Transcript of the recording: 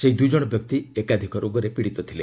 ସେହି ଦୁଇ ଜଣ ବ୍ୟକ୍ତି ଏକାଧିକ ରୋଗରେ ପୀଡ଼ିତ ଥିଲେ